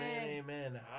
Amen